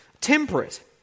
Temperate